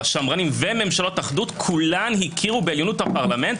השמרנים וממשלות אחדות כולן הכירו בעליונות הפרלמנט,